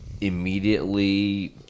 immediately